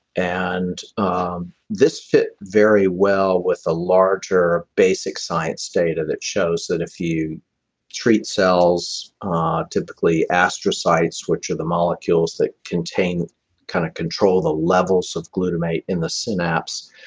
and um this fit very well with the larger basic science data that shows that if you treat cells ah typically astrocytes, which are the molecules that contain kind of control the levels of glutamate in the synapse,